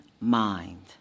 mind